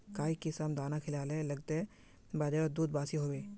काई किसम दाना खिलाले लगते बजारोत दूध बासी होवे?